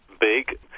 big